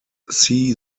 see